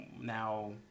now